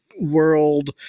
world